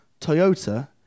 Toyota